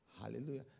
Hallelujah